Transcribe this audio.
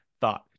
thought